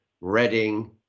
Reading